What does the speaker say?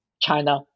China